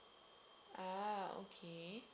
ah okay